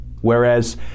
whereas